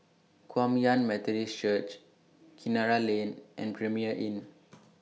Kum Yan Methodist Church Kinara Lane and Premier Inn